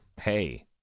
hey